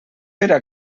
era